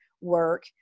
work